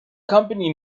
company